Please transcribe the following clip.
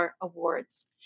Awards